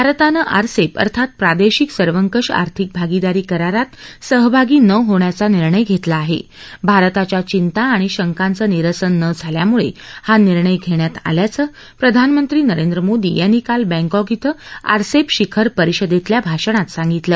भारतानं आरसप्त अर्थात प्रादशिक सर्वंकष आर्थिक भागिदारी करारात सहभागी न होण्याचा निर्णय घप्तला आह भारताच्या चिंता आणि शंकांचं निरसन न झाल्याम्ळ हा निर्णय घप्तयात आल्याचं प्रधानमंत्री नरेंद्र मोदी यांनी काल बँकॉक इथं आरसप्त शिखर परिषदप्तल्या भाषणात सांगितलं